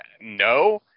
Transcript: no